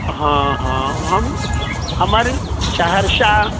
हँ हँ हम हमर सहरसा